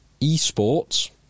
esports